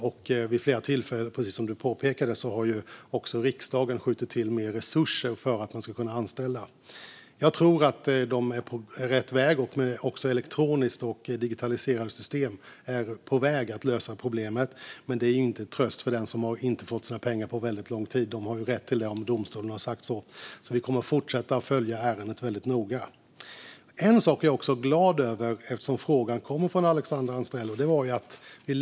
Precis som Alexandra Anstrell påpekade har också riksdagen vid flera tillfällen skjutit till mer resurser för att man ska kunna anställa personal. Jag tror att man är på rätt väg. Elektroniska och digitaliserade system är på väg att lösa problemet. Men det är inte någon tröst för dem som inte har fått sina pengar på väldigt lång tid. De har ju rätt till dem om domstolen har sagt så. Vi kommer att fortsätta följa ärendet väldigt noga. Eftersom interpellationen kommer från moderaten Alexandra Anstrell kan jag nämna en sak som jag är glad över.